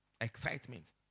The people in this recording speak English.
excitement